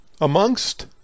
amongst